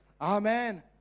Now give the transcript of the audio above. Amen